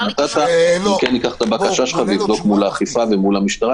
אני אקח את הבקשה שלך ואבדוק מול האכיפה ומול המשטרה,